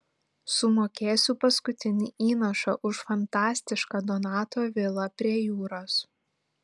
sumokėsiu paskutinį įnašą už fantastišką donato vilą prie jūros